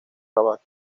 rabat